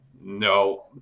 no